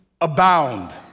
abound